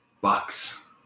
Bucks